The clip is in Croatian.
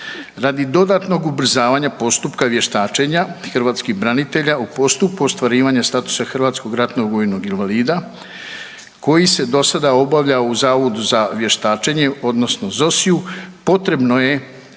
Radi dodatnog ubrzavanja postupka vještačenja hrvatskih branitelja u postupku ostvarivanja statusa hrvatskog ratnog vojnog invalida koji se do sada obavljao u Zavodu za vještačenje, odnosno ZOSI-u potrebno je